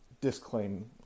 disclaim